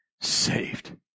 saved